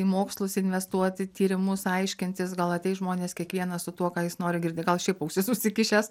į mokslus investuoti tyrimus aiškintis gal ateis žmonės kiekvienas su tuo ką jis nori girdi gal šiaip ausis užsikišęs